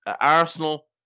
Arsenal